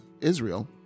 Israel